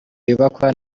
yubakwa